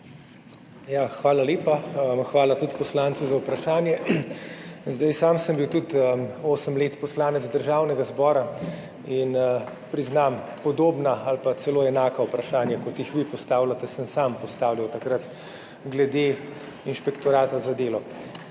Hvala lepa. Hvala tudi poslancu za vprašanje. Sam sem bil tudi osem let poslanec Državnega zbora in priznam, podobna ali pa celo enaka vprašanja, kot jih vi postavljate, sem sam postavljal takrat glede inšpektorata za delo.